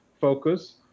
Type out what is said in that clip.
focus